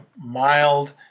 mild